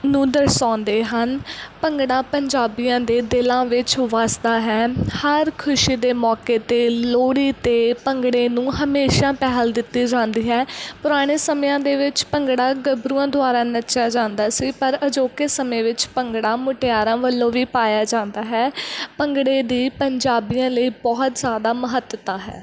ਨੂੰ ਦਰਸਾਉਂਦੇ ਹਨ ਭੰਗੜਾ ਪੰਜਾਬੀਆਂ ਦੇ ਦਿਲਾਂ ਵਿੱਚ ਵਸਦਾ ਹੈ ਹਰ ਖੁਸ਼ੀ ਦੇ ਮੌਕੇ 'ਤੇ ਲੋਹੜੀ 'ਤੇ ਭੰਗੜੇ ਨੂੰ ਹਮੇਸ਼ਾ ਪਹਿਲ ਦਿੱਤੀ ਜਾਂਦੀ ਹੈ ਪੁਰਾਣੇ ਸਮਿਆਂ ਦੇ ਵਿੱਚ ਭੰਗੜਾ ਗੱਭਰੂਆਂ ਦੁਆਰਾ ਨੱਚਿਆ ਜਾਂਦਾ ਸੀ ਪਰ ਅਜੋਕੇ ਸਮੇਂ ਵਿੱਚ ਭੰਗੜਾ ਮੁਟਿਆਰਾਂ ਵੱਲੋਂ ਵੀ ਪਾਇਆ ਜਾਂਦਾ ਹੈ ਭੰਗੜੇ ਦੀ ਪੰਜਾਬੀਆਂ ਲਈ ਬਹੁਤ ਜ਼ਿਆਦਾ ਮਹੱਤਤਾ ਹੈ